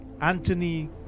Anthony